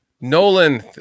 Nolan